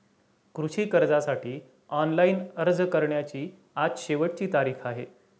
कृषी कर्जासाठी ऑनलाइन अर्ज करण्याची आज शेवटची तारीख आहे